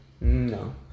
No